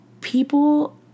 people